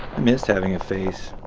i missed having a face.